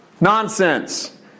Nonsense